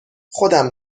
خودم